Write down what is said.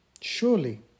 Surely